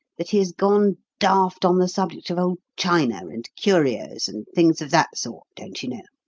that he has gone daft on the subject of old china and curios and things of that sort, don't you know.